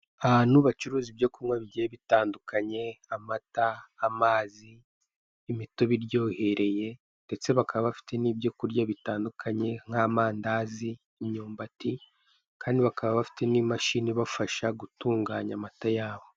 Ahantu bacuruza ibyo kunywa bigiye bitandukanye amata, amazi, imitobe iryohereye ndetse bakaba bafite n'ibyo kurya bitandukanye nk'amandazi, imyumbati kandi bakaba bafite n'imashini ibafasha gutunganya amata yabo.